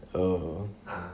oh